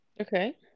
Okay